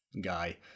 guy